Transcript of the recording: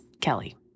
Kelly